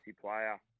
player